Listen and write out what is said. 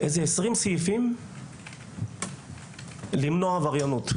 20 סעיפים למנוע עבריינות,